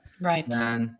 Right